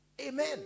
amen